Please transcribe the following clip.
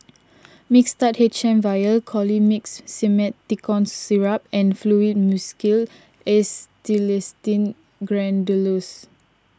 Mixtard H M Vial Colimix Simethicone Syrup and Fluimucil Acetylcysteine